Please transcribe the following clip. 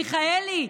מיכאלי,